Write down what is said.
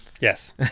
yes